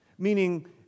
Meaning